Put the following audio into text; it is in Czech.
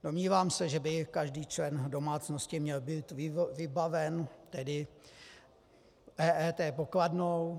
Domnívám se, že by každý člen domácnosti měl být vybaven tedy EET pokladnou.